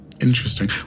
Interesting